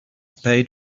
paid